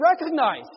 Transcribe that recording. recognize